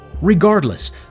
Regardless